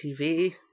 TV